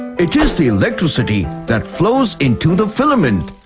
it is the electricity that flows into the filament.